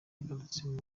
yagarutse